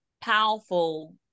powerful